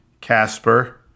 Casper